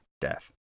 death